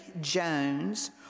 Jones